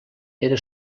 era